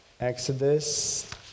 Exodus